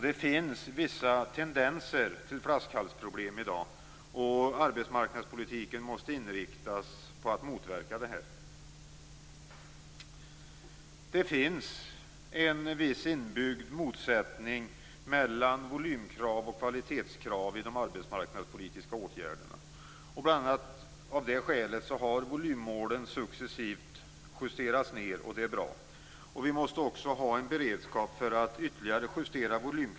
Det finns vissa tendenser till flaskhalsproblem i dag, och arbetsmarknadspolitiken måste inriktas på att motverka detta. Det finns en viss inbyggd motsättning mellan volymkrav och kvalitetskrav i de arbetsmarknadspolitiska åtgärderna. Volymmålen har bl.a. av det skälet successivt justerats ned, och det är bra.